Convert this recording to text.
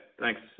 thanks